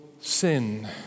sin